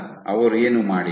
ಆದ್ದರಿಂದ ಅವರು ಏನು ಮಾಡಿದರು